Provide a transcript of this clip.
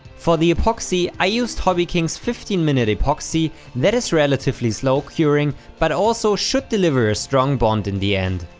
for the epoxy i used hobbkings fifteen minute epoxy, that is relatively slow curing but also should deliver a stronger bond in the end.